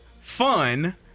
fun